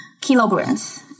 kilograms